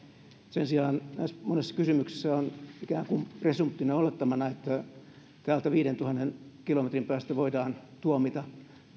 sen sijaan näissä monissa kysymyksissä on ikään kuin presumptiona olettamana että täältä viidentuhannen kilometrin päästä voidaan tuomita